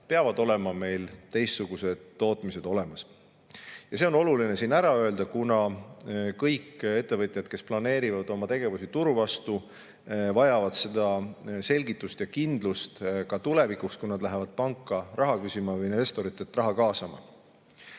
peavad olema meil teistsugused tootmised olemas. See on oluline siin ära öelda, kuna kõik ettevõtjad, kes planeerivad oma tegevusi turu vastu, vajavad selgitust ja kindlust ka tulevikuks, kui nad lähevad panka raha küsima või investoritelt raha kaasama.